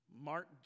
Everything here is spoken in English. Mark